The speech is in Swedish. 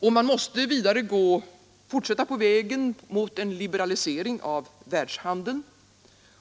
Vidare måste man fortsätta på vägen mot en liberalisering av världshandeln,